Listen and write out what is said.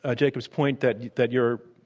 ah jacob's point that that you're,